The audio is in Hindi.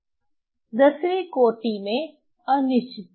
10 वें कोटि में अनिश्चितता